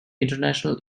international